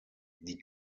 die